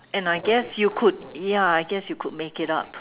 and I guess you could ya I guess you could make it up